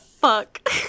fuck